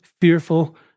fearful